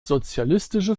sozialistische